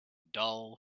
dull